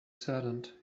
saddened